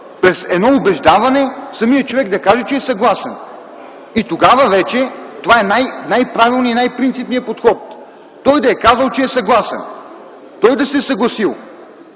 – с едно убеждаване самият човек да каже, че е съгласен. И тогава това е най-правилният и най-принципният подход – той да е казал, че е съгласен, той да се е съгласил.